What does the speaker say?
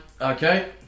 okay